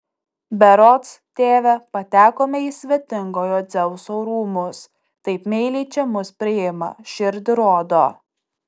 berods tėve patekome į svetingojo dzeuso rūmus taip meiliai čia mus priima širdį rodo